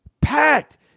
packed